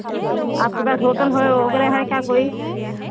आपके पास होटल हो वग़ैरह है क्या कोई